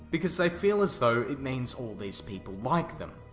because they feel as though it means all these people like them,